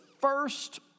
first